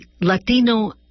Latino